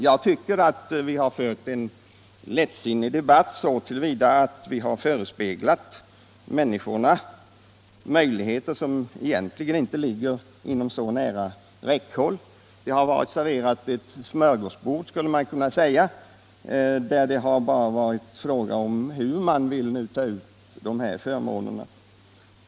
Jag tycker att vi har fört en lättsinnig debatt så till vida att vi har förespeglat människorna möjligheter som egentligen inte ligger inom så nära räckhåll. Vi har serverat ett smörgåsbord, skulle man kunna säga, där det bara varit fråga om hur man vill ta ut förmånerna.